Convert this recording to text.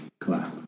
clap